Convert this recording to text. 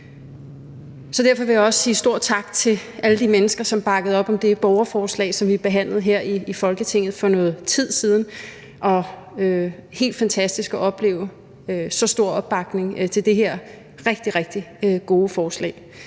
Derfor vil jeg også sige stor tak til alle de mennesker, som bakkede op om det borgerforslag, som vi behandlede her i Folketinget for noget tid siden. Det er helt fantastisk at opleve så stor opbakning til det her rigtig, rigtig gode forslag.